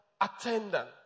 attendant